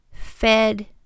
Fed